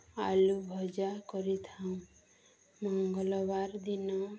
ଆଳୁ ଭଜା କରିଥାଉ ମଙ୍ଗଳବାର ଦିନ